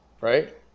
right